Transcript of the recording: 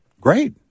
great